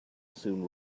soon